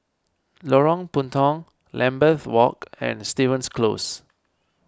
Lorong Puntong Lambeth Walk and Stevens Close